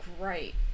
great